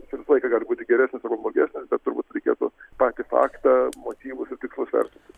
jis visą laiką gali būti geresnis arba blogesnis bet turbūt reikėtų patį faktą motyvus ir tikslus vertinti